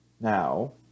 Now